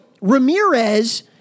Ramirez